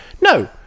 No